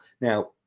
Now